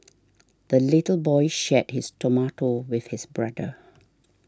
the little boy shared his tomato with his brother